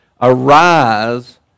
Arise